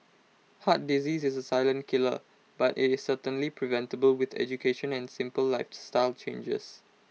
heart disease is A silent killer but IT is certainly preventable with education and simple lifestyle changes